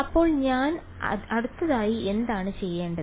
അപ്പോൾ ഞാൻ അടുത്തതായി എന്താണ് ചെയ്യേണ്ടത്